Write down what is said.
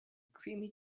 creamy